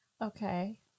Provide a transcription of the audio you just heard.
Okay